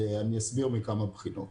מכמה בחינות,